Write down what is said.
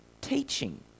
teaching